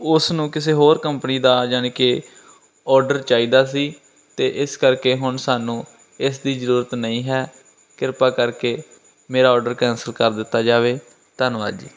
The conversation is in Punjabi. ਉਸ ਨੂੰ ਕਿਸੇ ਹੋਰ ਕੰਪਨੀ ਦਾ ਯਾਨੀ ਕਿ ਆਰਡਰ ਚਾਹੀਦਾ ਸੀ ਅਤੇ ਇਸ ਕਰਕੇ ਹੁਣ ਸਾਨੂੰ ਇਸ ਦੀ ਜ਼ਰੂਰਤ ਨਹੀਂ ਹੈ ਕਿਰਪਾ ਕਰਕੇ ਮੇਰਾ ਆਰਡਰ ਕੈਂਸਲ ਕਰ ਦਿੱਤਾ ਜਾਵੇ ਧੰਨਵਾਦ ਜੀ